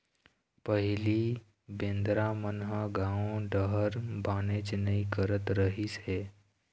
पहिली बेंदरा मन ह गाँव डहर आबेच नइ करत रहिस हे